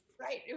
Right